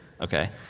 okay